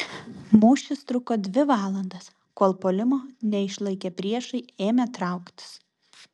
mūšis truko dvi valandas kol puolimo neišlaikę priešai ėmė trauktis